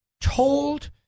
told